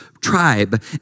tribe